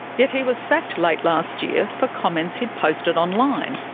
yet he was sacked late last year for comments he'd posted online,